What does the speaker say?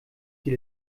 die